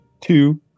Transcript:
Two